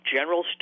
General